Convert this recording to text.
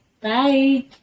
Bye